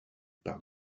par